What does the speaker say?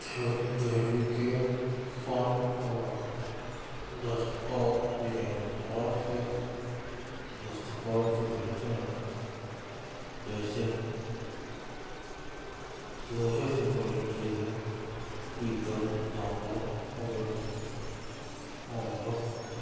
دہلی کے فن اور دستکار جنہیں ہم ہاتھ کے دستکار بھی کہتے ہیں جیسے لوہے سے بنی چیزیں پیتل تانبا وغیرہ اور اب